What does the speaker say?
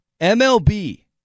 MLB